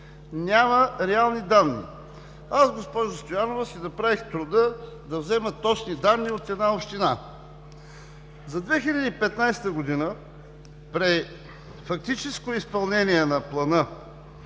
няма реални данни. Аз, госпожо Стоянова, си направих труда да взема точни данни от една община. За 2015 г. при фактическо изпълнение на плана